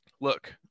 look